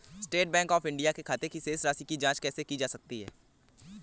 State Bank of India के खाते की शेष राशि की जॉंच कैसे की जा सकती है?